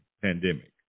pandemic